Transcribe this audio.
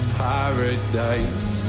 paradise